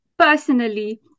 Personally